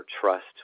trust